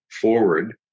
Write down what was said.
forward